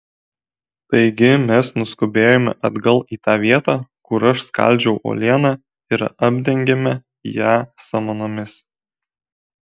taigi mes nuskubėjome atgal į tą vietą kur aš skaldžiau uolieną ir apdengėme ją samanomis